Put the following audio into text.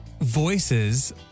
voices